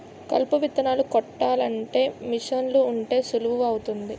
కలుపు విత్తనాలు కొట్టాలంటే మీసన్లు ఉంటే సులువు అవుతాది